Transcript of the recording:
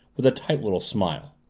with a tight little smile.